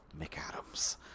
McAdams